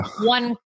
one